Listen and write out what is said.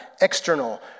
external